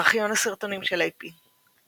ארכיון הסרטונים של AP ורשה,